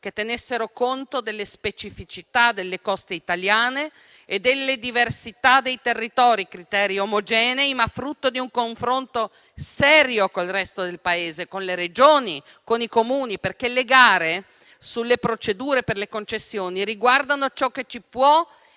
che tenessero conto delle specificità delle coste italiane e delle diversità dei territori; criteri omogenei, ma frutto di un confronto serio con il resto del Paese, le Regioni e i Comuni. Le gare sulle procedure per le concessioni riguardano ciò che può e